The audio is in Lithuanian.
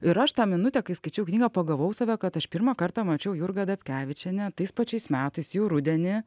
ir aš tą minutę kai skaičiau knygą pagavau save kad aš pirmą kartą mačiau jurgą dapkevičienę tais pačiais metais jau rudenį